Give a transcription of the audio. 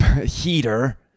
heater